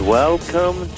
welcome